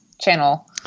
channel